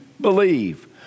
believe